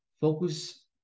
focus